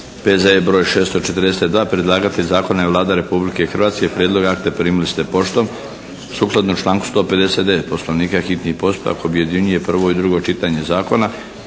P.Z.E. br. 642 Predlagatelj zakona je Vlada Republike Hrvatske. Prijedlog akta primili ste poštom. Sukladno članku 159. poslovnika hitni postupak objedinjuje prvo i drugo čitanje zakona.